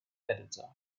editor